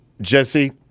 Jesse